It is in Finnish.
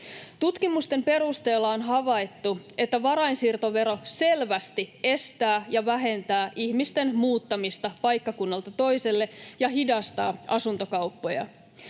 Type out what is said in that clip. Tutkimusten perusteella on havaittu, että varainsiirtovero selvästi estää ja vähentää ihmisten muuttamista paikkakunnalta toiselle ja hidastaa asuntokauppoja.